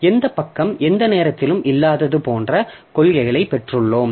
எந்தப் பக்கம் எந்த நேரத்திலும் இல்லாதது போன்ற கொள்கைகளை பெற்றுள்ளோம்